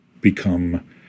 become